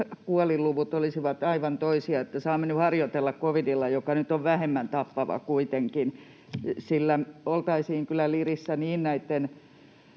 kuolinluvut olisivat aivan toisia, vaan saamme nyt harjoitella covidilla, joka on vähemmän tappava kuitenkin, sillä oltaisiin kyllä lirissä niin lakien